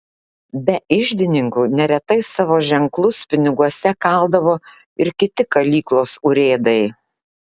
be iždininkų neretai savo ženklus piniguose kaldavo ir kiti kalyklos urėdai